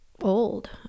old